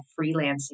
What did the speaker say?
freelancing